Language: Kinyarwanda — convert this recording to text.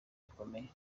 gikomeye